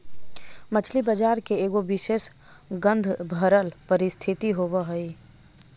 मछली बजार के एगो विशेष गंधभरल परिस्थिति होब हई